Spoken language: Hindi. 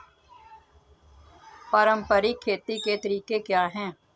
पारंपरिक खेती के तरीके क्या हैं?